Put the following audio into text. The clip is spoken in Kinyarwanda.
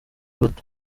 bato